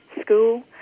school